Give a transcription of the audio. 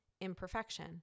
imperfection